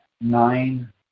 nine